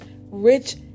rich